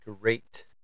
great